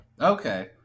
Okay